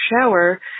shower